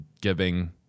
giving